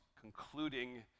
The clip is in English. concluding